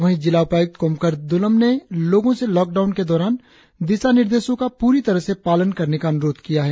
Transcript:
वहीं जिला उपाय्क्त कोमकर द्लोम ने लोगों से लॉकडाउन के दौरान दिशा निर्देशों का पूरी तरह से पालन करने का अन्रोध किया है